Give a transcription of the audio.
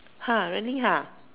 really